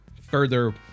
further